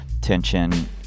tension